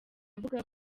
avuga